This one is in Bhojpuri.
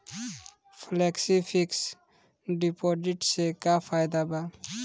फेलेक्सी फिक्स डिपाँजिट से का फायदा भा?